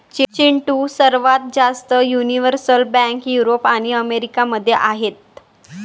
चिंटू, सर्वात जास्त universal bank Europe आणि अमेरिका मध्ये आहेत